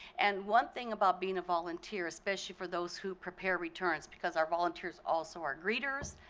and one thing about being a volunteer especially for those who prepare returns because our volunteers also our readers,